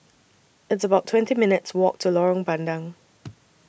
It's about twenty minutes' Walk to Lorong Bandang